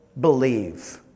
believe